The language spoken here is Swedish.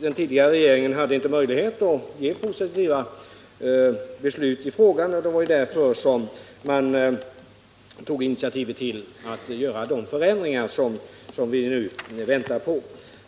Den tidigare regeringen hade inte möjlighet att fatta ett positivt beslut i denna fråga, och det var därför som den tog initiativ till de förändringar som vi nu väntar på.